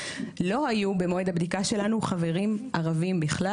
לא היו במועד הבדיקה שלנו חברים ערבים בלבד.